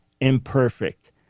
imperfect